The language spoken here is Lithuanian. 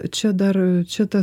čia dar čia tas